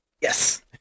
Yes